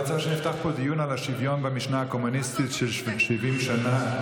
את רוצה שנפתח פה דיון על השוויון במשנה הקומוניסטית של 70 שנה,